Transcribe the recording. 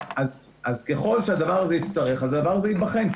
אז ככל שהדבר הזה יצטרך, אז הדבר הזה ייבחן.